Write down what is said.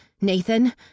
Nathan